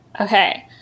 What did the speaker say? Okay